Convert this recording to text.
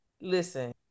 listen